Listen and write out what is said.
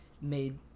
made